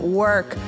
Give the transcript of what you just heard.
work